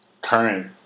current